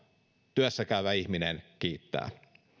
työssä käyvä ihminen kiittää